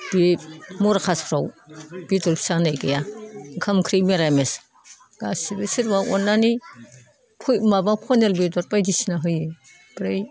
बे मरा कासफ्राव बेदर जानाय गैया ओंखाम ओंख्रि निरामिस गासैबो सोरबा अननानै माबा पनिर बेदर बायदिसिना होयो ओमफ्राय